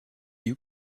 you